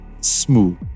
smooth